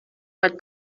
bat